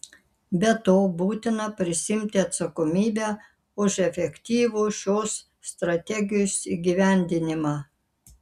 be to būtina prisiimti atsakomybę už efektyvų šios strategijos įgyvendinimą